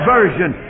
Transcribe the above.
Version